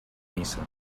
missa